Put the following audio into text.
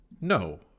No